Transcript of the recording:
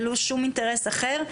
ללא שום אינטרס אחר,